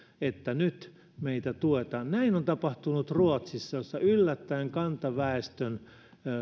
että nyt meitä tuetaan näin on tapahtunut ruotsissa jossa yllättäen kantaväestön